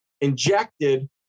injected